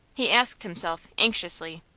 he asked himself, anxiously.